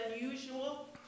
unusual